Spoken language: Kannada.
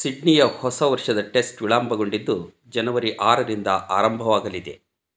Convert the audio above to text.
ಸಿಡ್ನಿಯ ಹೊಸ ವರ್ಷದ ಟೆಸ್ಟ್ ವಿಳಂಬಗೊಂಡಿದ್ದು ಜನವರಿ ಆರರಿಂದ ಆರಂಭವಾಗಲಿದೆ